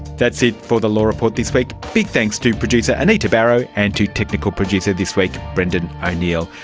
that's it for the law report this week. big thanks to producer anita barraud and to technical producer this week brendan o'neill.